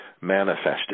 manifested